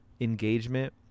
engagement